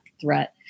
threat